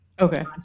Okay